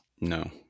No